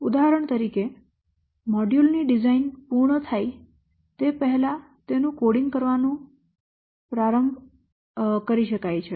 ઉદાહરણ તરીકે મોડ્યુલ ની ડિઝાઇન પૂર્ણ થાય તે પહેલાં તેનું કોડિંગ કરવાનું પ્રારંભ શકાય છે